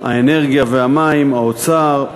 האנרגיה והמים, האוצר,